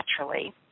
naturally